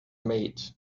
made